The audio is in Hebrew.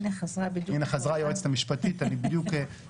זה שקבעתם שאין לכל האופוזיציה זכות הצבעה